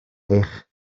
eich